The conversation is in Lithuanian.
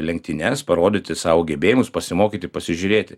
lenktynes parodyti savo gebėjimus pasimokyti pasižiūrėti